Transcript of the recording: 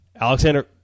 Alexander